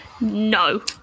No